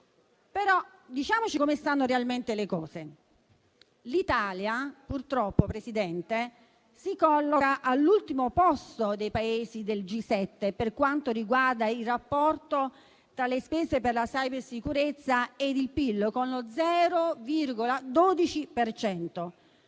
però, come stanno realmente le cose: l'Italia, purtroppo, signor Presidente, si colloca all'ultimo posto dei Paesi del G7 per quanto riguarda il rapporto tra le spese per la cybersicurezza ed il PIL con lo 0,12